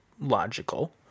logical